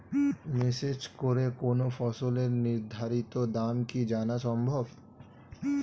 Message করে কোন ফসলের নির্ধারিত দাম কি জানা সম্ভব?